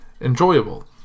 enjoyable